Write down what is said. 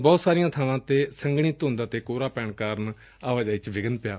ਬਹੁਤ ਸਾਰੀਆ ਬਾਵਾ ਤੇ ਸੰਘਣੀ ਧੁੰਦ ਅਤੇ ਕੋਹਰਾ ਪੈਣ ਕਾਰਨ ਆਵਾਜਾਈ ਚ ਵਿਘਨ ਪਿਆ